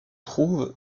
trouve